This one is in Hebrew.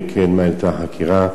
2. אם כן, מה העלתה החקירה?